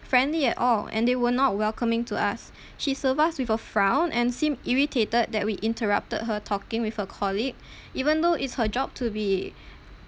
friendly at all and they were not welcoming to us she served us with a frown and seemed irritated that we interrupted her talking with her colleague even though it's her job to be